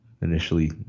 Initially